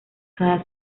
cada